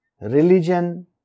religion